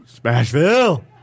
Smashville